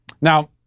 Now